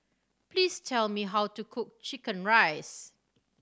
please tell me how to cook chicken rice